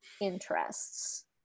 interests